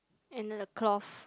and the cloth